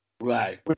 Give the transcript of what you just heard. Right